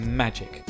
magic